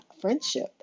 friendship